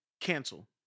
cancel